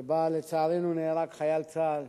שבו, לצערנו, נהרג חייל צה"ל.